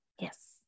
Yes